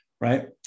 right